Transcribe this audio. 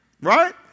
Right